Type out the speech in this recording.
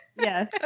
yes